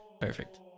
Perfect